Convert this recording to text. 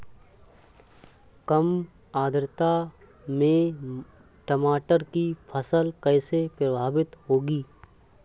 कम आर्द्रता में टमाटर की फसल कैसे प्रभावित होगी?